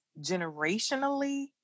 generationally